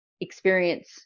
experience